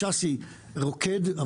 שאסי רוקד,